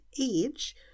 age